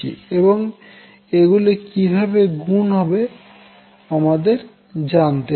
এবং এগুলি কিভাবে গুণ হবে আমাদের জানতে হবে